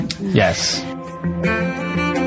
yes